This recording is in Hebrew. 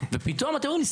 ופתאום אתם אומרים לי,